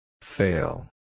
Fail